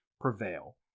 prevail